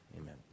Amen